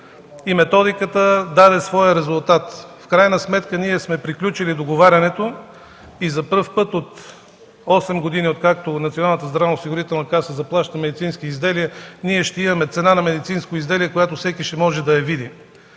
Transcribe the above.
и тя даде своя резултат. В крайна сметка ние сме приключили договарянето и за първи път от 8 години, откакто Националната здравноосигурителна каса заплаща медицински изделия, ние ще имаме цена на медицинско изделие, която всеки ще може да види.